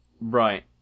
Right